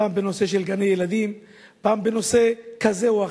פעם בנושא של גני-ילדים, פעם בנושא כזה או אחר,